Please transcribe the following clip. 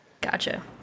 Gotcha